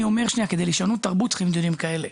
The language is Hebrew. אני אומר שכדי לשנות תרבות צריך דיונים כאלה,